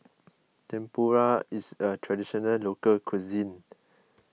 Tempura is a Traditional Local Cuisine